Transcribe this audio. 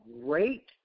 great